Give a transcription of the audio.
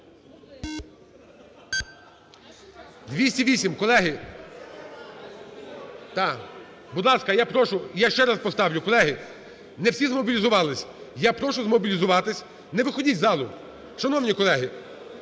За-208 Колеги, будь ласка, я прошу, я ще раз поставлю. Колеги, не всізмобілізувались. Я прошу змобілізуватись. Не виходіть з залу. Шановні колеги,